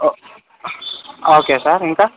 ఓ okay sir ఇంకా